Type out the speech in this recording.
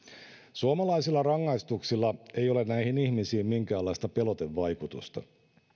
suomalaisilla rangaistuksilla ei ole näihin ihmisiin minkäänlaista pelotevaikutusta